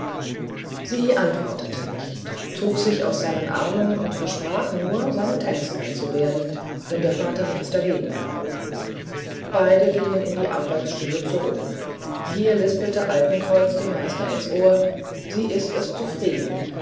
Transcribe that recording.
sie antwortete nichts zog sich aus seinem arm und versprach nur seine tänzerin zu werden wenn der vater nichts dagegen habe beide gingen in die arbeitsstube zurück hier lispelte altenkreuz dem meister ins ohr sie ist es zufrieden